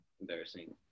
embarrassing